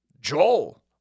Joel